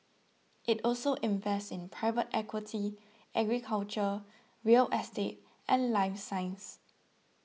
it also invests in private equity agriculture real estate and life science